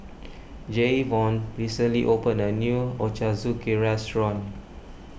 Jayvon recently opened a new Ochazuke restaurant